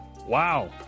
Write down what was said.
Wow